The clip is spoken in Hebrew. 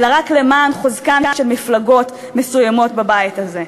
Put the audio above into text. אלא רק למען חוזקן של מפלגות מסוימות בבית הזה.